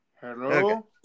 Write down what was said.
Hello